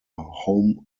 home